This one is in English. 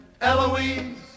Eloise